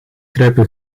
kruipen